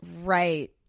Right